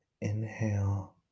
Inhale